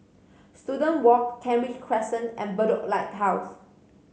Student Walk Kent Ridge Crescent and Bedok Lighthouse